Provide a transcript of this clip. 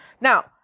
Now